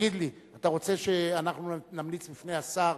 תגיד לי: אתה רוצה שאנחנו נמליץ בפני השר